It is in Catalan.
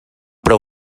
prou